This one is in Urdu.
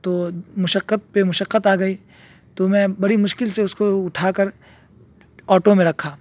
تو مشقت پہ مشقت آ گئی تو میں بڑی مشکل سے اس کو اٹھا کر آٹو میں رکھا